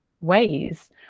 ways